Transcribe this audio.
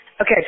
Okay